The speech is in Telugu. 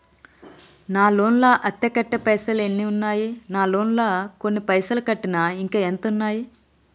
నా లోన్ లా అత్తే కట్టే పైసల్ ఎన్ని ఉన్నాయి నా లోన్ లా కొన్ని పైసల్ కట్టిన ఇంకా ఎంత ఉన్నాయి?